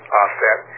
offset